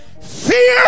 fear